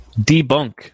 debunk